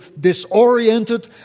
disoriented